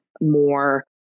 more